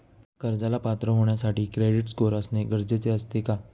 कर्जाला पात्र होण्यासाठी क्रेडिट स्कोअर असणे गरजेचे असते का?